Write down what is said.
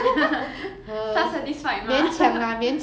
他 satisfied mah